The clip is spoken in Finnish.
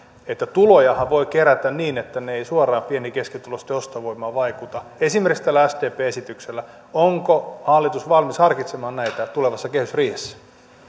että tulojahan voi kerätä niin etteivät ne suoraan pieni ja keskituloisten ostovoimaan vaikuta esimerkiksi tällä sdpn esityksellä onko hallitus valmis harkitsemaan näitä tulevassa kehysriihessä